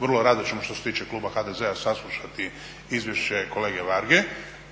vrlo rado ćemo što se tiče kluba HDZ-a saslušati izvješće kolege Varge,